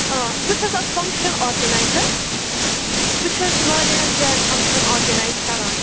آ بہٕ چھَس اَکھ فَنٛگشَن آرگَنایزَر بہٕ چھَس واریاہَن جایَن فَنٛگشَن آرگَنایِز کَران